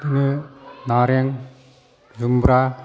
बिदिनो नारें जुमब्रा